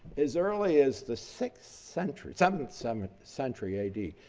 as early as the sixth century, some and some century a d,